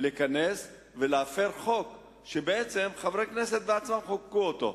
להיכנס ולהפר חוק שחברי כנסת בעצמם חוקקו אותו.